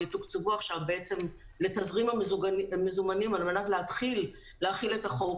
יתוקצבו עכשיו בעצם לתזרים המזומנים על מנת להתחיל להחיל את החוק,